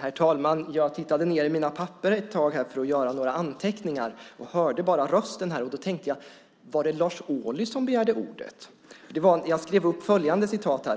Herr talman! Jag tittade i mina papper en stund för att göra några anteckningar. Jag hörde bara rösten och tänkte: Var det Lars Ohly som hade begärt ordet? Jag hade skrivit upp följande citat: